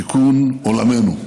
תיקון עולמנו.